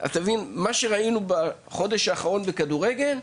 את מה שראינו בחודש האחרון בכדורגל,